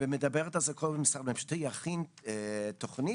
מדבר על כך שכל משרד ממשלתי יכין תוכנית